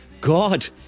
God